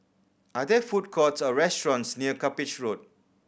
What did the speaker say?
are there food courts or restaurants near Cuppage Road